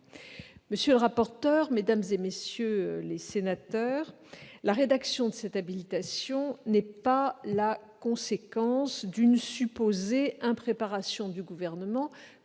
Monsieur le rapporteur, mesdames, messieurs les sénateurs, cette demande d'habilitation n'est pas la conséquence d'une quelconque impréparation du Gouvernement,